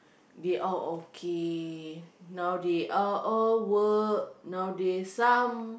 they all okay now they are all work now they some